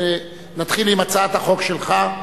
נתחיל עם הצעת החוק שלך.